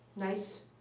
nice